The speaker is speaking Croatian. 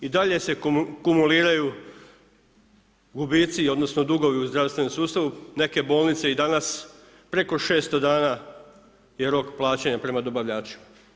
I dalje se kumuliraju gubici odnosno dugovi u zdravstvenom sustavu, neke bolnice i danas preko 600 dana je rok plaćanja prema dobavljačima.